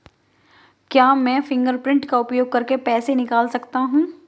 क्या मैं फ़िंगरप्रिंट का उपयोग करके पैसे निकाल सकता हूँ?